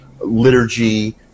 liturgy